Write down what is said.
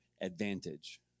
advantage